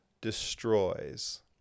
destroys